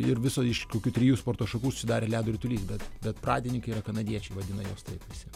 ir viso iš kokių trijų sporto šakų susidarė ledo ritulys bet bet pradininkai yra kanadiečiai vadina juos taip visi